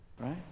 right